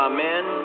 Amen